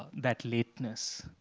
that lateness.